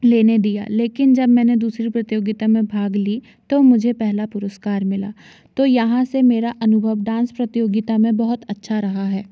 लेने दिया लेकिन जब मैंने दूसरी प्रतियोगिता में भाग ली तो मुझे पहला पुरस्कार मिला तो यहाँ से मेरा अनुभव डांस प्रतियोगिता में बहुत अच्छा रहा है